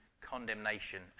condemnation